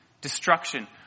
destruction